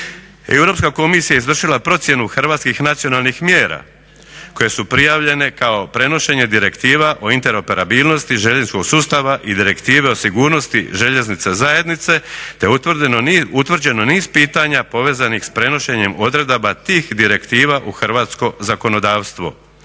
Europska komisija izvršila je procjenu hrvatskih nacionalnih mjera koje su prijavljene kao prenošenje direktiva o interoperabilnosti željezničkog sustava i direktive o sigurnosti željeznica zajednice, te je utvrđeno niz pitanja povezanih s prenošenjem odredaba tih direktiva u hrvatsko zakonodavstvo.